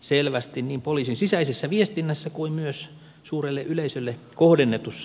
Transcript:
selvästi niin poliisin sisäisessä viestinnässä kuin myös suurelle yleisölle kohdennetussa uutisoinnissa